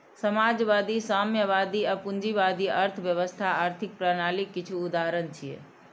समाजवादी, साम्यवादी आ पूंजीवादी अर्थव्यवस्था आर्थिक प्रणालीक किछु उदाहरण छियै